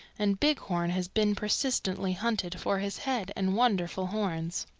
and bighorn has been persistently hunted for his head and wonderful horns.